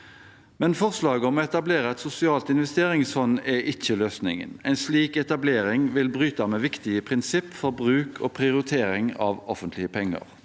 Forslaget om å etablere et sosialt investeringsfond er ikke løsningen. En slik etablering vil bryte med viktige prinsipp for bruk og prioritering av offentlige penger.